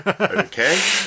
Okay